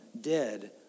dead